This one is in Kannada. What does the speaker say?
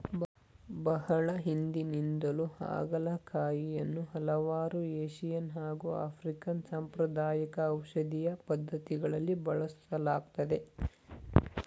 ಬಹಳ ಹಿಂದಿನಿಂದಲೂ ಹಾಗಲಕಾಯಿಯನ್ನು ಹಲವಾರು ಏಶಿಯನ್ ಹಾಗು ಆಫ್ರಿಕನ್ ಸಾಂಪ್ರದಾಯಿಕ ಔಷಧೀಯ ಪದ್ಧತಿಗಳಲ್ಲಿ ಬಳಸಲಾಗ್ತದೆ